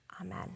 Amen